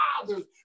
fathers